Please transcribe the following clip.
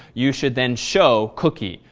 you should then show cookie,